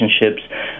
relationships